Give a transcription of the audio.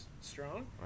strong